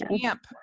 camp